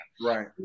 Right